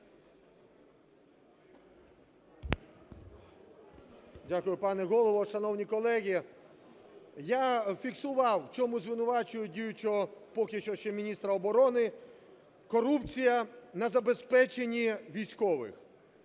Дякую, пане Голово. Шановні колеги, я фіксував, в чому звинувачують діючого поки що ще міністра оборони: корупція на забезпеченні військових,